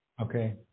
Okay